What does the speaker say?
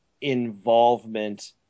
involvement